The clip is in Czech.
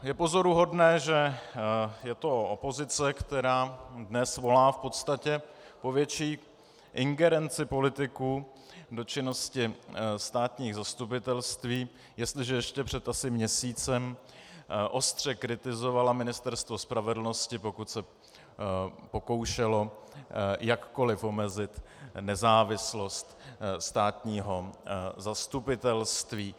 Je pozoruhodné, že je to opozice, která dnes volá po větší ingerenci politiků do činnosti státních zastupitelství, jestliže ještě asi před měsícem ostře kritizovala Ministerstvo spravedlnosti, pokud se pokoušelo jakkoli omezit nezávislost státního zastupitelství.